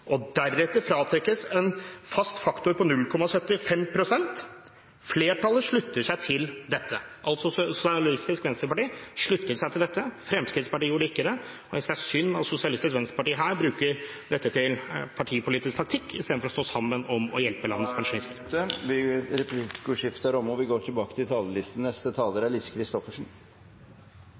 og deretter fratrekkes en fast faktor på 0,75 pst». … «Flertallet slutter seg til dette.» Sosialistisk Venstreparti sluttet seg altså til dette. Fremskrittspartiet gjorde ikke det, og jeg synes det er synd at Sosialistisk Venstreparti bruker dette til partipolitisk taktikk istedenfor å stå sammen med andre om å hjelpe pensjonistene. Replikkordskiftet er omme. Få saker egner seg mindre for politisk spill og